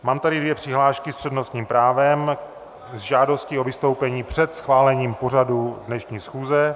Mám tady dvě přihlášky s přednostním právem s žádostí o vystoupení před schválením pořadu dnešní schůze.